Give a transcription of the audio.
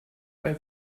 bei